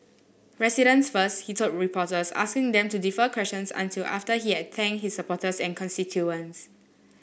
residents first he told the reporters asking them to defer questions until after he had thanked his supporters and constituents